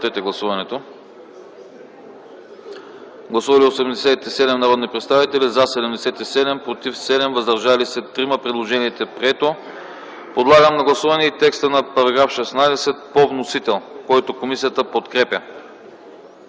комисията подкрепя. Гласували 87 народни представители: за 77, против 7, въздържали се 3. Предложението е прието. Подлагам на гласуване текста на § 16 по вносител, който комисията подкрепя.